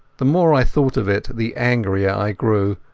the more i thought of it the angrier i grew,